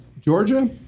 Georgia